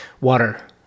Water